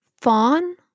fawn